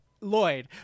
Lloyd